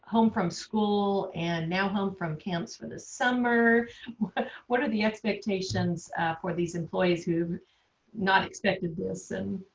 home from school. and now home from camps for the summer what are the expectations for these employees who not expected this? and